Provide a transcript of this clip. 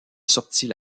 sortit